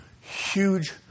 Huge